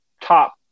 top